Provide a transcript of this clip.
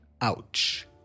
Ouch